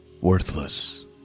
Worthless